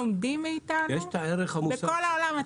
לומדים מאתנו בכל העולם.